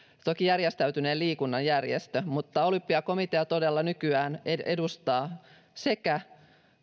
toki järjestäytyneen liikunnan järjestö olympiakomitea todella nykyään edustaa sekä